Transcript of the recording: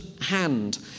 hand